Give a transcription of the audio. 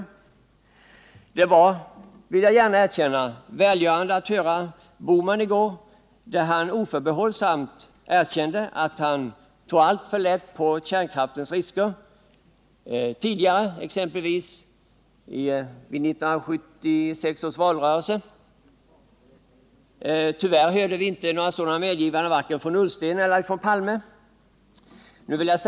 Men det var — det vill jag gärna erkänna — välgörande att höra Gösta Bohman i går, då han oförbehållsamt erkände att han tagit alltför lätt på kärnkraftens risker tidigare, exempelvis i 1976 års valrörelse. Tyvärr hörde vi inte några sådana medgivanden från vare sig Ola Ullsten eller Olof Palme.